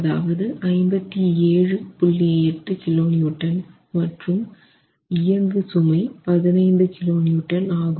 8 kN மற்றும் இயங்கு சுமை 15 kN ஆகும்